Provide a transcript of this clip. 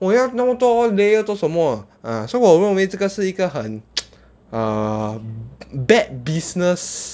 我要那么多 layer 做什么 ah so 我认为这个是一个很 err bad business